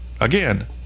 Again